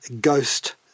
ghost